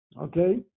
Okay